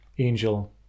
Angel